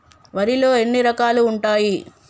వరిలో ఎన్ని రకాలు ఉంటాయి?